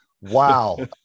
wow